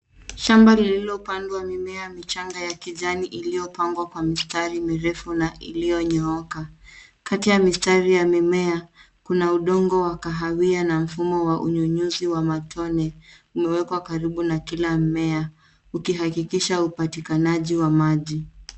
Shamba lililo pandwa mimea michanga ya kijani iliyopagwa kwa mistari mirefu na iliyonyooka kati ya mistari ya mimea kuna udongo wa kahawia na mfumo wa unyunyuzi wa matone umewekwa karibu na kila mmea ukihakikisha upatikanaji wa maji.